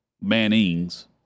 Mannings